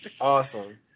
Awesome